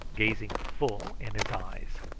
gazing full in his eyes.